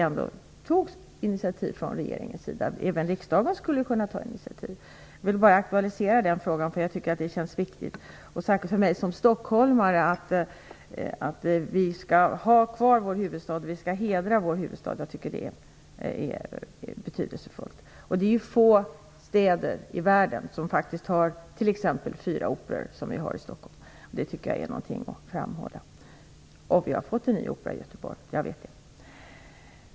Även riksdagen skulle kunna ta initiativ. Jag vill aktualisera den frågan, för jag tycker att den känns viktig. För mig som stockholmare är det särskilt viktigt att vi har kvar vår huvudstad och hedrar den. Jag tycker att det är betydelsefullt. Det är få städer i världen som t.ex. har fyra operor, vilket vi har i Stockholm. Det tycker jag är någonting att framhålla. Vi har fått en ny opera i Göteborg - jag vet det.